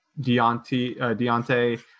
Deontay